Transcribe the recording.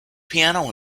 piano